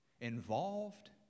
involved